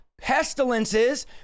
pestilences